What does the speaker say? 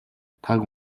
таг